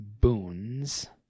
boons